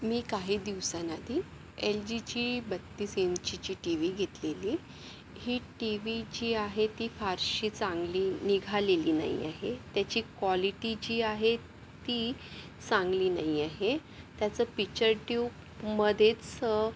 मी काही दिवसांआधी एलजीची बत्तीस इंचीची टी व्ही घेतलेली ही टी व्ही जी आहे ती फारशी चांगली निघालेली नाही आहे त्याची क्वालिटी जी आहे ती चांगली नाही आहे त्याचं पिक्चर ट्यूबमध्येच